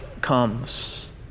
comes